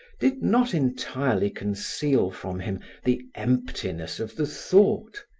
did not entirely conceal from him the emptiness of the thought,